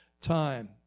time